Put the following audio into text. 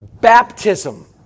Baptism